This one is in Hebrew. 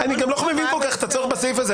--- אני גם לא כל-כך מבין את הצורך בסעיף הזה.